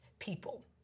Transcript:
People